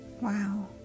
Wow